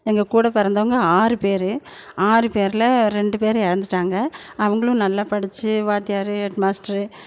எங்கள் கூடப்பிறந்தவங்க ஆறு பேரு ஆறு பேரில் ரெண்டு பேரு இறந்துட்டாங்க அவங்களும் நல்லா படித்து வாத்தியார் ஹெட்மாஸ்ட்ரு